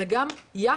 אלא גם יחס.